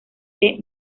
del